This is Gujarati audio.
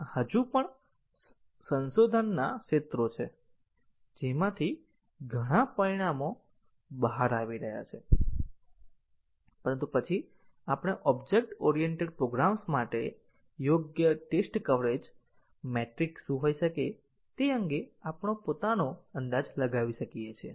આ હજુ પણ સંશોધનના ક્ષેત્રો છે જેમાંથી ઘણાં પરિણામો બહાર આવી રહ્યા છે પરંતુ પછી આપણે ઓબ્જેક્ટ ઓરિએન્ટેડ પ્રોગ્રામ્સ માટે યોગ્ય ટેસ્ટ કવરેજ મેટ્રિક શું હોઈ શકે તે અંગે આપણો પોતાનો અંદાજ લગાવી શકીએ છીએ